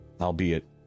Albeit